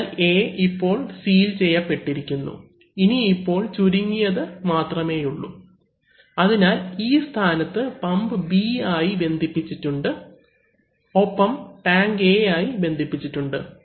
അതിനാൽ A ഇപ്പോൾ seal ചെയ്യപ്പെട്ടിരിക്കുന്നു ഇനിയിപ്പോൾ ചുരുങ്ങിയത് മാത്രമേയുള്ളൂ അതിനാൽ ഈ സ്ഥാനത്ത് പമ്പ് B ആയി ബന്ധിപ്പിച്ചിട്ടുണ്ട് ഒപ്പം ടാങ്ക് A ആയി ബന്ധിപ്പിച്ചിട്ടുണ്ട്